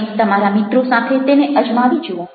તમે તમારા મિત્રો સાથે તેને અજમાવી જુઓ